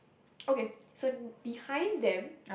okay so behind them